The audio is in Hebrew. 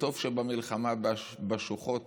טוב שבמלחמה בשוחות